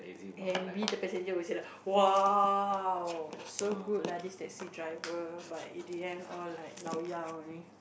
and be the passenger will say like !wow! so good lah this taxi driver but in the end all like laoya only